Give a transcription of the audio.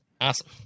Awesome